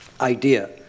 idea